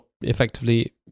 effectively